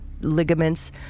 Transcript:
ligaments